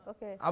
Okay